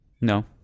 No